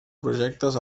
projectes